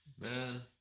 Man